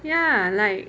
ya like